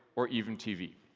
or even tv.